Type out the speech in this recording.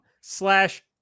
slash